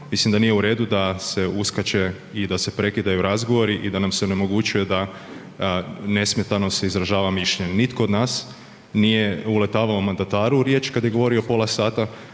mislim da nije u redu da se uskače i da se prekidaju razgovori da nam se onemogućuje da nesmetano se izražava mišljenje. Nitko od nas nije uletavao mandataru u riječ kad je govorio pola sata,